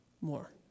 more